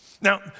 Now